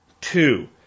Two